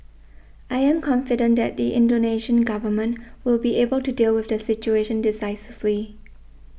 I am confident that the Indonesian government will be able to deal with the situation decisively